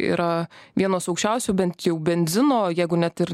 yra vienos aukščiausių bent jau benzino jeigu net ir